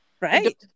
Right